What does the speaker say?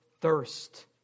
thirst